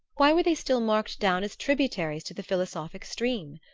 why were they still marked down as tributaries to the philosophic stream?